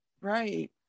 Right